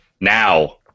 now